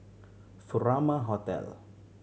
Furama Hotel